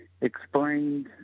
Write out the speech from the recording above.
explained –